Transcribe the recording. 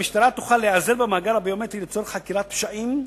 המשטרה תוכל להיעזר במאגר הביומטרי לצורך חקירת פשעים,